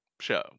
show